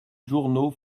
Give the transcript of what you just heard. journaux